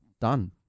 done